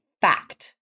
fact